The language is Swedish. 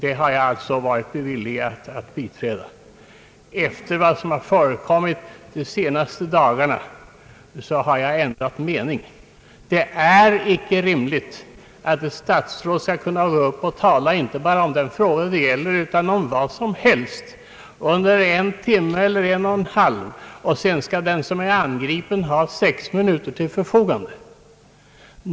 Efter vad som förekommit de senaste dagarna har jag ändrat uppfattning. Det är icke rimligt att ett statsråd skall kunna gå upp och tala om inte bara den fråga debatten gäller utan om vad som helst under en eller en och en halv timme och att sedan den som är angripen skall ha endast sex minuter till sitt förfogande.